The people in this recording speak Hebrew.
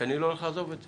שאני לא הולך לעזוב את זה,